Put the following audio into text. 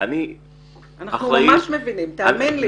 אני אחראי --- אנחנו ממש מבינים, תאמין לי,